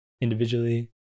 individually